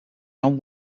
non